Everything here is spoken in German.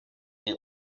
die